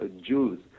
Jews